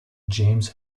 james